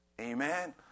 Amen